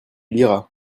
liras